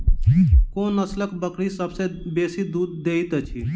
कोन नसलक बकरी सबसँ बेसी दूध देइत अछि?